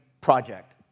project